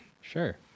Sure